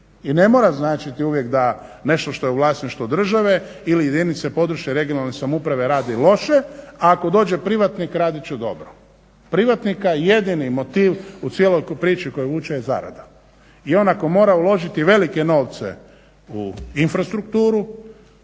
I ne mora značiti uvijek da nešto što je u vlasništvu države ili jedinice područne, regionalne samouprave radi loše, a ako dođe privatnik radit će dobro. Privatnika je jedini motiv u cijeloj priči koju vuče zarada i on ako mora uložiti velike novce u infrastrukturu